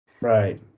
Right